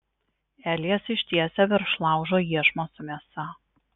elijas ištiesia virš laužo iešmą su mėsa